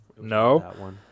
No